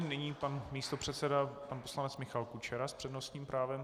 Nyní pan místopředseda pan poslanec Michal Kučera s přednostním právem.